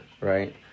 Right